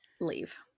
leave